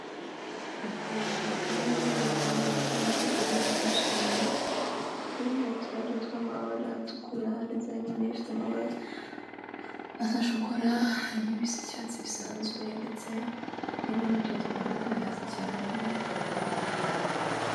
Akajaride kari hanze y'igipangu karimo indabyo nyinshi cyane, harimo uturabyo tw'amabara atukura nditse harimo n'ibifite amabara, asa shokora, harimo ibisa icyatsi bisanzwe, ndetse harimo n'utuba twaraguye hasi cyane.